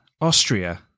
Austria